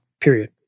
period